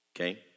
Okay